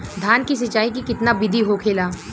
धान की सिंचाई की कितना बिदी होखेला?